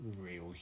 real